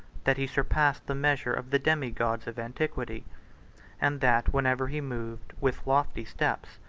that he surpassed the measure of the demi-gods of antiquity and that whenever he moved, with lofty steps,